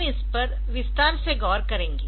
हम इस पर विस्तार से गौर करेंगे